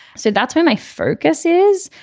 so that's where my focus is.